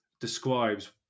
describes